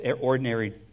ordinary